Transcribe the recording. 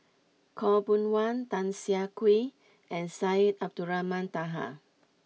Khaw Boon Wan Tan Siah Kwee and Syed Abdulrahman Taha